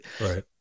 Right